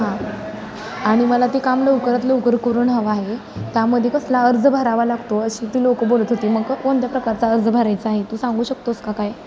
हां आणि मला ती काम लवकरात लवकर करून हवं आहे त्यामध्ये कसला अर्ज भरावा लागतो अशी ती लोकं बोलत होती मग कोणत्या प्रकारचा अर्ज भरायचा आहे तू सांगू शकतोस का काय